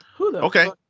Okay